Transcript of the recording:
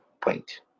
Point